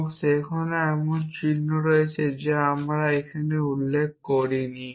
এবং সেখানে এমন চিহ্ন রয়েছে যা আমরা এখানে উল্লেখ করিনি